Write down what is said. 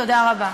תודה רבה.